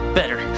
better